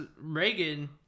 Reagan